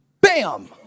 bam